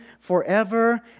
forever